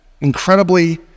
incredibly